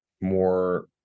more